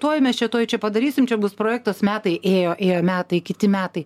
tuoj mes čia tuoj čia padarysim čia bus projektas metai ėjo ėjo metai kiti metai